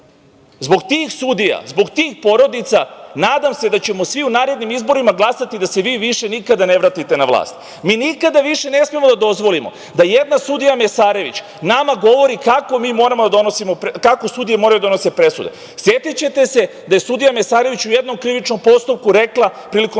zbog tih sudija, zbog tih porodica, nadam se da ćemo svi u narednim izborima glasati da se vi više nikada ne vratite na vlast. Mi nikada više ne smemo da dozvolimo da jedna sudija Mesarević nama govori kako sudije moraju da donose presude. Setiće se da je sudija Mesarević u jednom krivičnom postupku rekla prilikom